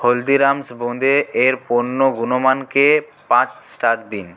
হলদিরামস বোঁদে এর পণ্য গুণমানকে পাঁচ স্টার দিন